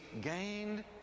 gained